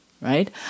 right